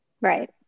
Right